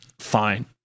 fine